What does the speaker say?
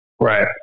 Right